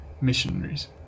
missionaries